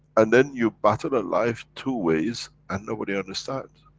and then you battle a life two ways and nobody understand.